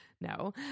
no